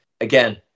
again